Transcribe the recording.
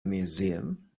museum